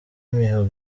imihigo